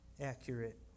accurate